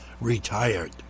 retired